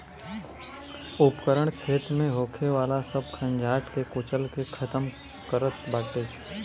उपकरण खेत में होखे वाला सब खंजाट के कुचल के खतम करत बाटे